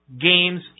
games